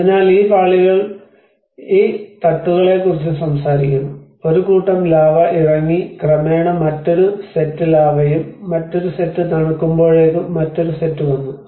അതിനാൽ ഈ പാളികൾ ഈ തട്ടുകളെക്കുറിച്ചും സംസാരിക്കുന്നു ഒരു കൂട്ടം ലാവ ഇറങ്ങി ക്രമേണ മറ്റൊരു സെറ്റ് ലാവയും മറ്റൊരു സെറ്റ് തണുക്കുമ്പോഴേക്കും മറ്റൊരു സെറ്റ് വന്നു